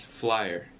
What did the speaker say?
flyer